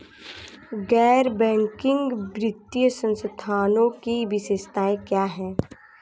गैर बैंकिंग वित्तीय संस्थानों की विशेषताएं क्या हैं?